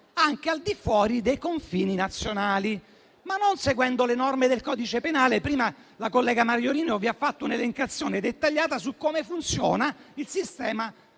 anche al di fuori dei confini nazionali, ma non seguendo le norme del codice penale. Prima la collega Maiorino vi ha fatto un'elencazione dettagliata parlando di come funziona il sistema